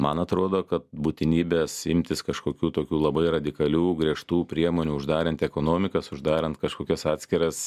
man atrodo kad būtinybės imtis kažkokių tokių labai radikalių griežtų priemonių uždarant ekonomikas uždarant kažkokias atskiras